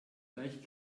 gleich